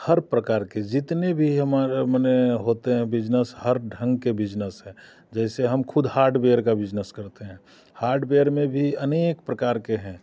हर प्रकार के जितने भी हमारा मने होते हैं बिज़नेस हर ढंग के बिज़नेस हैं जैसे हम खुद हार्डबेयर का बिज़नेस करते हैं हार्डबेयर में भी अनेक प्रकार के हैं